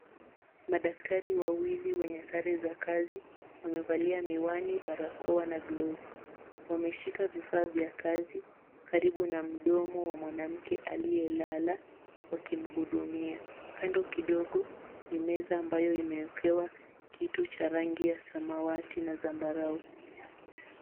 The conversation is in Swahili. Madaktari wawili wenye sare za kazi, wamevalia miwani, barakoa na glovu. Wameshika vifaa vya kazi karibu na mdomo wa mwanamke aliyelala wakimhudumia. Kando kidogo ni meza ambayo imeekewa kitu cha samawati na zambarau.